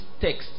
text